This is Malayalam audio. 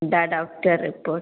ഇതാ ഡോക്ടർ റിപ്പോട്ട്